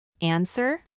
Answer